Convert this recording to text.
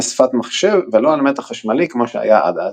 שפת מחשב ולא על מתח חשמלי כמו שהיה עד אז.